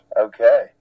Okay